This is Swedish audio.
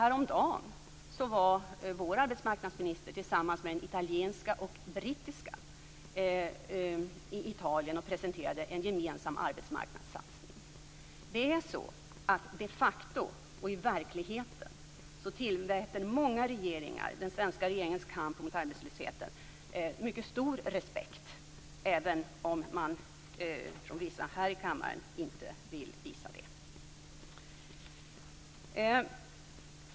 Häromdagen var vår arbetsmarknadsminister tillsammans med de italienska och brittiska arbetsmarknadsministrarna i Italien och presenterade en gemensam arbetsmarknadssatsning. I verkligheten tillmäter många regeringar den svenska regeringens kamp mot arbetslösheten en mycket stor respekt, även om man från vissa här i kammaren inte vill visa det.